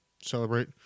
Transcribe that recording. Celebrate